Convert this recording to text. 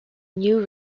new